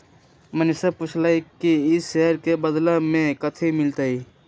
मनीषा पूछलई कि ई शेयर के बदला मे कथी मिलतई